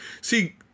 See